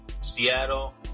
Seattle